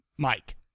Mike